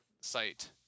site